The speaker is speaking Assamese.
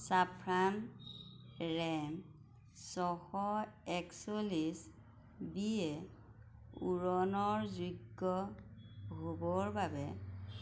ছাফ্ৰান ৰেম ছশ একচল্লিছ বি এ উৰণৰ যোগ্য হ'বৰ বাবে